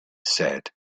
said